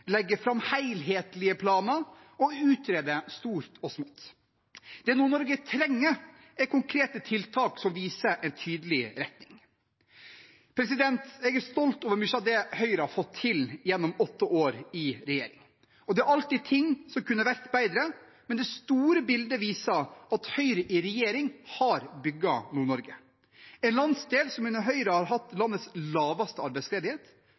legge fram helhetlige planer og utrede stort og smått. Det Nord-Norge trenger, er konkrete tiltak som viser en tydelig retning. Jeg er stolt over mye av det Høyre har fått til gjennom åtte år i regjering. Det er alltid ting som kunne vært bedre, men det store bildet viser at Høyre i regjering har bygget Nord-Norge – en landsdel som under Høyre har hatt landets laveste arbeidsledighet